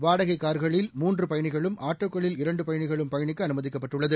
வாடகை கார்களில் மூன்று பயணிகளும் ஆட்டோக்களில் இரண்டு பயணிகளும் பயணிக்க அனுமதிக்கப்பட்டுள்ளது